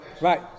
Right